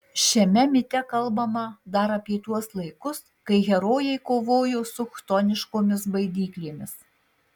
šiame mite kalbama dar apie tuos laikus kai herojai kovojo su chtoniškomis baidyklėmis